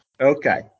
Okay